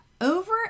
over